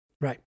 Right